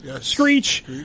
Screech